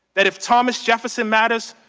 that if thomas jefferson matters,